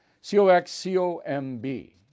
C-O-X-C-O-M-B